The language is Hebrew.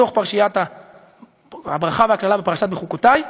בתוך פרשיית הברכה והקללה, בפרשת בחוקותי,